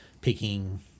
picking